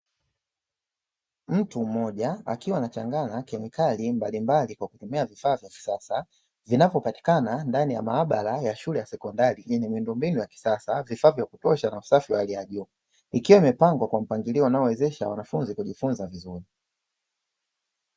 Mtu mmoja akiwa anachanganya kemikali mbalimbali kwa kutumia vifaa vya kisasa, vinavyopatikana ndani ya maabara ya shule ya sekondari yenye miundombinu ya kisasa. Vifaa vya kutosha na usafi wa hali ya juu, ikiwa imepangwa kwa mpangilio unaowezesha wanafunzi kujifunza vizuri.